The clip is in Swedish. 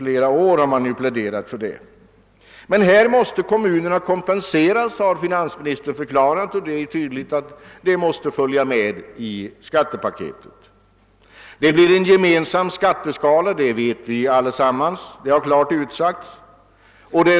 Men härvidlag måste kommunerna kompenseras, har finansministern förklarat, och det är tydligt att denna kompensation måste följa med i skattepaketet. Det blir en gemensam skatteskala — det vet vi allesammans, ty det har klart utsagts.